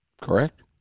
Correct